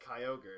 Kyogre